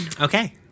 Okay